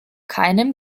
keinem